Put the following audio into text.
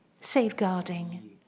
safeguarding